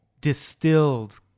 distilled